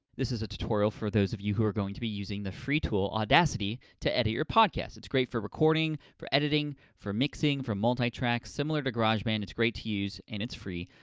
this is a tutorial for those of you who are going to be using the free tool, audacity, to edit your podcasts. it's great for recording, for editing, for mixing, for multi-tracks. similar to garage band, it's great to use and it's free.